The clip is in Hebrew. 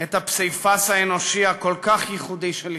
את הפסיפס האנושי הכל-כך ייחודי של ישראל,